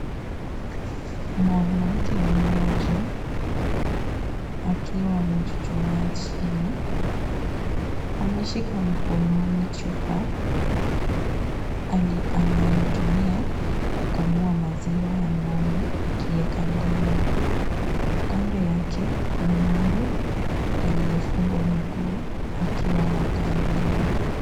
Mwanamke mmoja akiwa maechuchuma chini. Ameshika mkononi chupa anayotumia kukamua maziwa ya ng'ombe akiweka ndani. Kando yake kuna ng'ombe aliyefungwa miguu akiwa anakamuliwa.